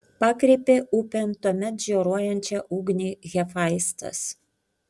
pakreipė upėn tuomet žioruojančią ugnį hefaistas